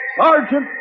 Sergeant